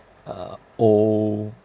uh old